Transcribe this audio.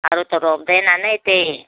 अरू त रोप्दैन नै त्यही